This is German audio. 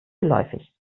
geläufig